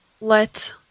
Let